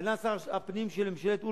כנ"ל שר הפנים של ממשלת אולמרט,